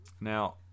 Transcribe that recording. now